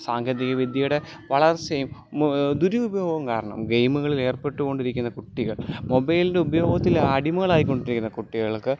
സാങ്കേതിക വിദ്യയുടെ വളർച്ചയും ദുര്യുപയോഗോം കാരണം ഗെയിമ്കളിലേർപ്പെട്ട് കൊണ്ടിരിക്കുന്ന കുട്ടികൾ മൊബൈൽൻ്റെ ഉപയോഗത്തിൽ അടിമകളായി കൊണ്ടിരിക്കുന്ന കുട്ടികൾക്ക്